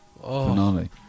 finale